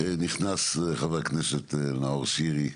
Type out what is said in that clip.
נכנס חבר הכנסת נאור שירי.